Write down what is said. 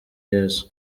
yezu